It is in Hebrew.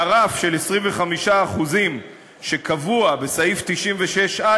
הרף של 25% שקבוע בסעיף 96(א)